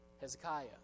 Hezekiah